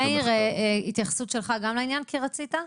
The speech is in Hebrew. מאיר, התייחסות גם שלך לעניין, כי רצית?